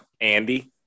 Andy